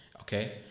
okay